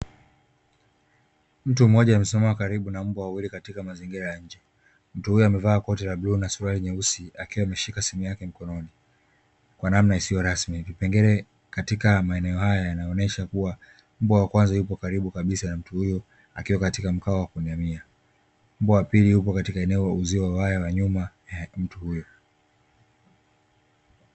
Mtu mmoja amesimama karibu na mbwa wawili katika mazingira ya nje, mtu huyo amevaa suruali ya bluu na koti jeusi akiwa ameshika simu yake mkononi katika namna isiyo rasmi kipengele katika maeneo haya kinaonesha kua mbwa wa kwanza yupo karibu kabisa na mtu huyo akiwa katika mkao wa kuinamia, mbwa wa pili yupo katika eneo la uzio wa waya wa nyuma ya mtu huyo.